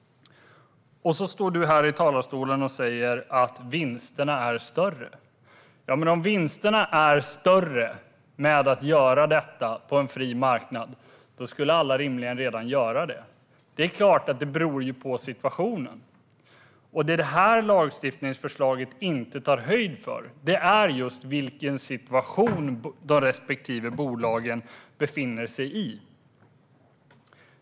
Nu står Johan Löfstrand i talarstolen och säger att vinsterna är större. Men om vinsterna med att göra detta vore större skulle alla rimligen göra det på en fri marknad. Det är klart att det beror på situationen. Det som det här lagstiftningsförslaget inte tar höjd för är just vilken situation de respektive bolagen befinner sig i.